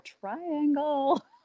Triangle